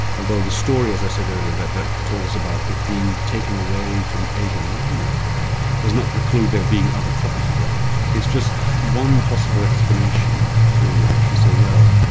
although the story, as i said earlier, that is told us about it being taken away to asia minor does not preclude there being other copies around. it's just one possible explanation to actually say, well,